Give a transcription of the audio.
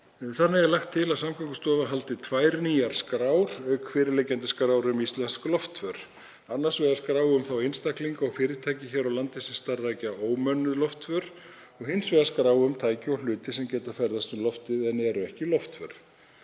Þannig er lagt til að Samgöngustofa haldi tvær nýjar skrár auk fyrirliggjandi skrár um íslensk loftför. Annars vegar skrá um þá einstaklinga og fyrirtæki hér á landi sem starfrækja ómönnuð loftför og hins vegar skrá um tæki og hluti sem geta ferðast um loftið en eru ekki loftför.